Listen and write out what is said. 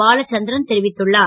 பாலச்சந் run தெரிவித்துள்ளார்